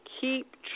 keep